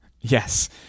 Yes